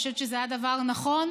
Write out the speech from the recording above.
ואני חושבת שזה היה דבר נכון,